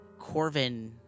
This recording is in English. Corvin